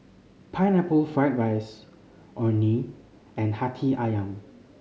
Pineapple Fried rice Orh Nee and Hati Ayam